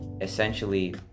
essentially